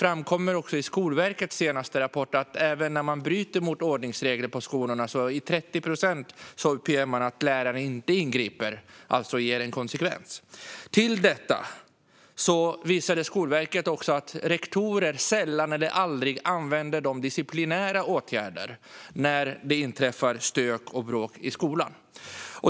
I Skolverkets senaste rapport uppges att lärare i 30 procent av fallen inte ingriper - alltså ger en konsekvens - även när man bryter mot ordningsregler på skolan. Skolverket har också visat att rektorer sällan eller aldrig använder disciplinära åtgärder när det inträffar stök och bråk i skolan.